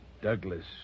Douglas